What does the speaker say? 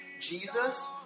Jesus